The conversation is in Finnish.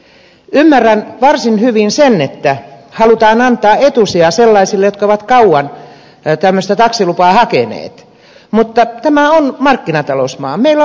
ymmärrän varsin hyvin sen että halutaan antaa etusija sellaisille jotka ovat kauan tämmöistä taksilupaa hakeneet mutta tämä on markkinatalousmaa meillä on vapaa kilpailu